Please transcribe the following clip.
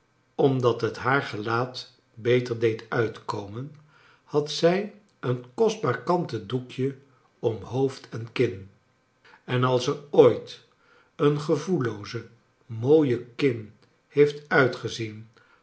omdat het haar gelaat beter deed uitkomen had zij een kostbaar kanten doekje om hoofd en kin en als er ooit een gevoellooze mooie kin heeft uitgezien